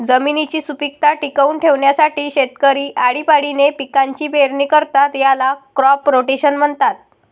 जमिनीची सुपीकता टिकवून ठेवण्यासाठी शेतकरी आळीपाळीने पिकांची पेरणी करतात, याला क्रॉप रोटेशन म्हणतात